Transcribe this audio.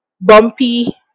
bumpy